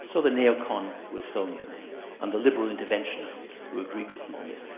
so the neocon wilsonians and the liberal interventionists who agreed with them on this,